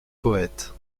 poète